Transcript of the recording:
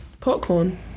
Popcorn